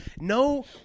no